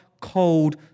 cold